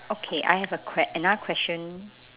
okay I have a que~ another question